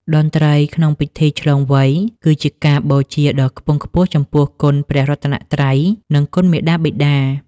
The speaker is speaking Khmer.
តន្ត្រីក្នុងពិធីឆ្លងវ័យ គឺជាការបូជាដ៏ខ្ពង់ខ្ពស់ចំពោះគុណព្រះរតនត្រ័យ និងគុណមាតាបិតា។